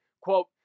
Quote